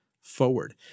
forward